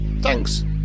thanks